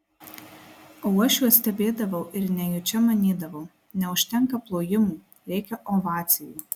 o aš juos stebėdavau ir nejučia manydavau neužtenka plojimų reikia ovacijų